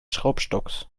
schraubstocks